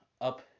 up